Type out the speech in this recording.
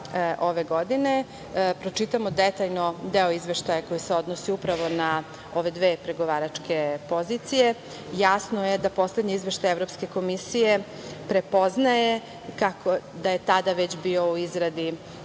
ove godine, pročitamo detaljno deo izveštaja koji se odnosi upravo na ove dve pregovaračke pozicije, jasno je da poslednje izveštaje Evropske komisije prepoznaje da je tada već bio u izradi